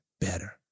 better